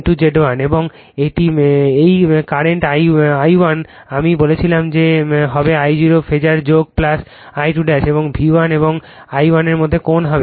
এবং এই বর্তমান I1 কারেন্ট আমি বলেছিলাম এটি হবে I0 ফেজার যোগ I2 এবং V1 এবং I1 এর মধ্যে কোণ হবে